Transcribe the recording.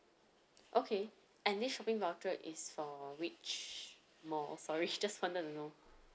okay and this shopping voucher is for which mall sorry just wanted to know